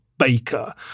Baker